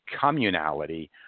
communality